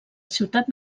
ciutat